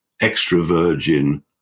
extra-virgin